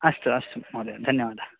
अस्तु अस्तु महोदय धन्यवादः धन्यवादः